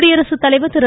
குடியரசுத்தலைவர் திரு